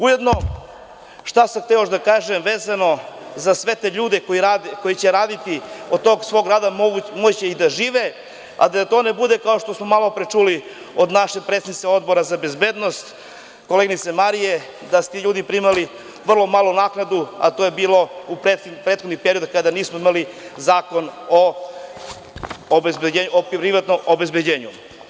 Ujedno, šta sam još hteo da kažem vezano za sve te ljude koji rade, koji će raditi, koji mogu od tog svog rada i da žive, a da to ne bude, kao što smo malopre čuli, od naše predsednice Odbora za bezbednost, koleginice Marije, da su ti ljudi primali veoma malu naknadu, a to je bilo u prethodnom periodu kada nismo imali zakon o privatnom obezbeđenju.